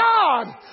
God